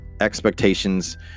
Expectations